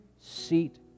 seat